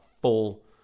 full